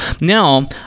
Now